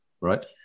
Right